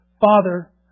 father